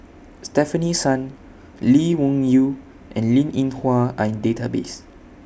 Stefanie Sun Lee Wung Yew and Linn in Hua Are in Database